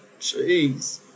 jeez